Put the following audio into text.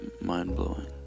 mind-blowing